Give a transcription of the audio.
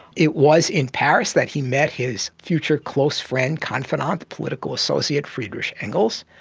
it was in paris that he met his future close friend, confidante, political associate friedrich engels.